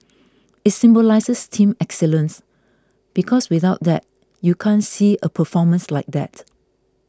it symbolises team excellence because without that you can't see a performance like that